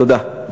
תודה.